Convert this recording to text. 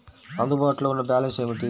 అందుబాటులో ఉన్న బ్యాలన్స్ ఏమిటీ?